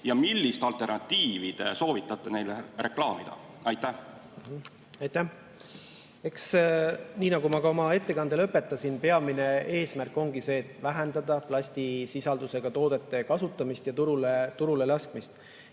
Ja millist alternatiivi te soovitate neil reklaamida? Aitäh! Nii nagu ma oma ettekande lõpetasin, peamine eesmärk on vähendada plastisisaldusega toodete kasutamist ja turule laskmist.